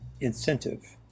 incentive